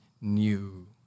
new